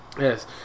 Yes